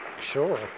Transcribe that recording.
Sure